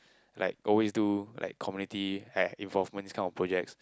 like always do like community uh involvement this kind of projects